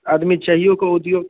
आदमी चाहियो कऽ उद्योग